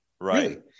Right